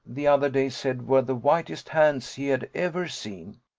the other day, said were the whitest hands he had ever seen.